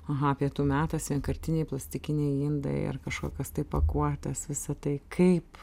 aha pietų metas vienkartiniai plastikiniai indai ar kažkokios tai pakuotės visa tai kaip